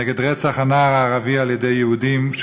הודעת גינוי נגד רצח הנער הערבי על-ידי יהודים: